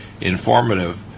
informative